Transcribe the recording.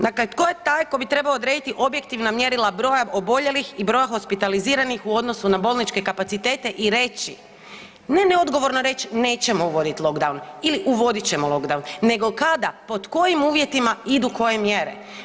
Dakle, tko je taj tko bi trebao odrediti objektivna mjerila broja oboljelih i broja hospitaliziranih u odnosu na bolničke kapacitete i reći, ne, neodgovorno reći nećemo uvoditi lockdown ili uvodit ćemo lockdown, nego kada, pod kojim uvjetima idu koje mjere.